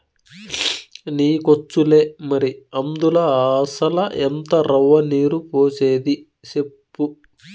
నీకొచ్చులే మరి, అందుల అసల ఎంత రవ్వ, నీరు పోసేది సెప్పు